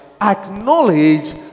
acknowledge